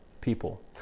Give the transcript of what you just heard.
people